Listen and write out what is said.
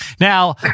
Now